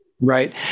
Right